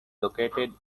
located